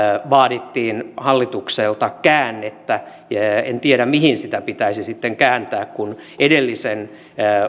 vaadittiin hallitukselta käännettä en tiedä mihin sitä pitäisi kääntää kun edellisen